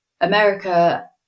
America